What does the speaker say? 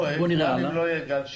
בחורף, גם אם לא יהיה גל שני,